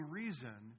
reason